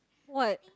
what